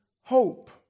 hope